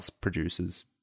producers